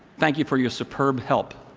thank you for your superb help